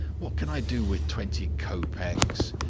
what can i do with twenty kopeks?